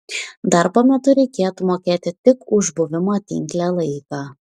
darbo metu reikėtų mokėti tik už buvimo tinkle laiką